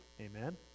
Amen